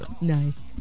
Nice